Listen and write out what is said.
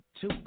Two